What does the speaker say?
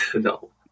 no